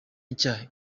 nshya